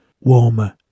Warmer